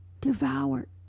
devoured